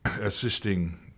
assisting